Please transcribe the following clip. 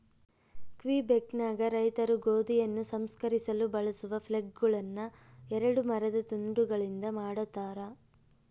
ಕ್ವಿಬೆಕ್ನಾಗ ರೈತರು ಗೋಧಿಯನ್ನು ಸಂಸ್ಕರಿಸಲು ಬಳಸುವ ಫ್ಲೇಲ್ಗಳುನ್ನ ಎರಡು ಮರದ ತುಂಡುಗಳಿಂದ ಮಾಡತಾರ